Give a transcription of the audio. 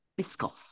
Biscoff